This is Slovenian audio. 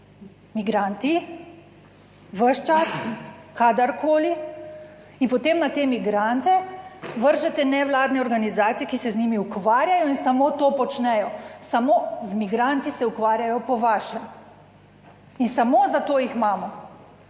migranti, ves čas, kadarkoli in potem na te migrante vržete nevladne organizacije, ki se z njimi ukvarjajo in samo to počnejo, samo z migranti se ukvarjajo po vašem in samo za to jih imamo,